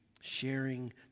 sharing